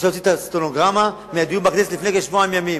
אפשר להוציא את הסטנוגרמה מהדיון בכנסת לפני כשבועיים.